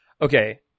okay